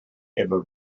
ever